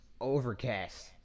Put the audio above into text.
Overcast